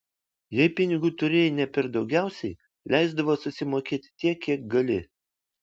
jei pinigų turėjai ne per daugiausiai leisdavo susimokėt tiek kiek gali